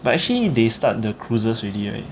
but actually they start the cruises already right